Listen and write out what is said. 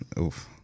oof